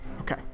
okay